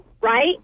right